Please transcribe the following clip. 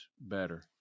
better